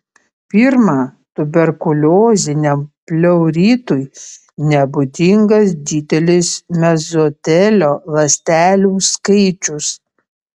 pirma tuberkulioziniam pleuritui nebūdingas didelis mezotelio ląstelių skaičius